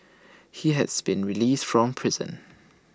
he has been released from prison